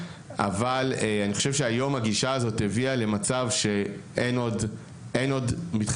אבל אני חושב שהגישה הזאת הביאה למצב שאין עוד מתחרים,